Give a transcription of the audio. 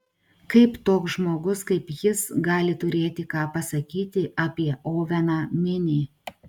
kaip toks žmogus kaip jis gali turėti ką pasakyti apie oveną minį